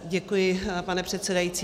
Děkuji, pane předsedající.